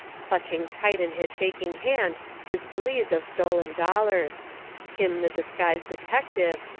clutching tight in his shaking hand his valise of stolen dollars him the dis guised detective,